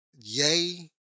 yay